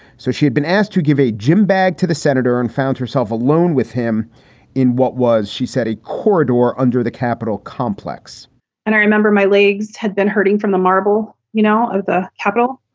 so she'd been asked to give a gym bag to the senator and found herself alone with him in what was, she said, a corridor under the capitol complex and i remember my legs had been hurting from the marble, you know, of the capitol,